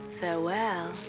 Farewell